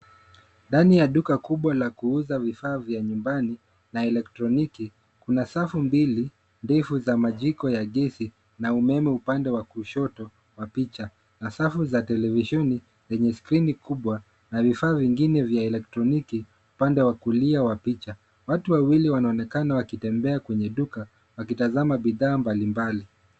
Ndani ya duka kubwa la kuuza vifaa vya nyumbani na elektroniki, kuna safu mbili ndefu za majiko ya gesi na umeme upande wa kushoto wa picha na safu za televisheni zenye skreeni kubwa na vifaa vingine vya elektroniki. Upande wa kulia wa picha, watu wawili wanaonekana wakitembea kwenye duka, wakitazama bidhaa mbalimbali ya duka kubwa la kuuza vifaa vya nyumbani.